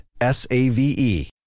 S-A-V-E